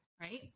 right